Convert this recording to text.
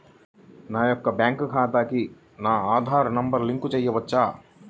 నా యొక్క బ్యాంక్ ఖాతాకి నా ఆధార్ నంబర్ లింక్ చేయవచ్చా?